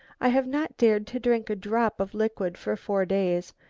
i have not dared to drink a drop of liquid for four days.